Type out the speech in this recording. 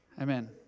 amen